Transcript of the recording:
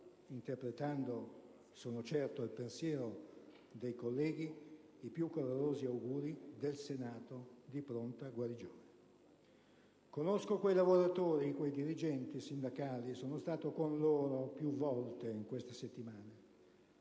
interpretando, ne sono certo, il pensiero dei colleghi, i più calorosi auguri di pronta guarigione. Conosco quei lavoratori e quei dirigenti sindacali e sono stato con loro più volte in queste settimane: